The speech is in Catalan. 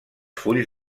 fulls